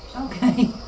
Okay